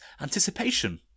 anticipation